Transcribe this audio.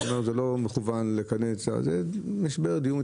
20, 30